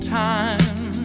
time